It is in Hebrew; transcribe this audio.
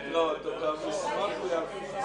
פועלים באופן ישיר ואומרים אני גורם מודיעין זר ואני מבקש מידע.